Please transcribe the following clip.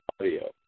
audio